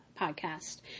podcast